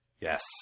Yes